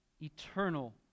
eternal